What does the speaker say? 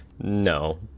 No